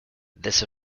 this